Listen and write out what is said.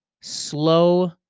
slow